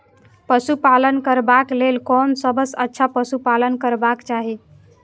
पशु पालन करबाक लेल कोन सबसँ अच्छा पशु पालन करबाक चाही?